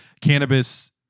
cannabis